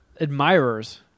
admirers